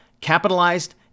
capitalized